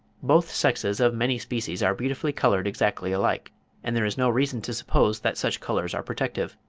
both sexes of many species are beautifully coloured exactly alike and there is no reason to suppose that such colours are protective.